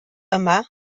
yma